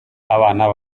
abana